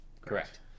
Correct